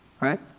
Right